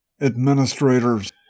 administrators